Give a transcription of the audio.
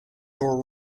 your